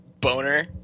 boner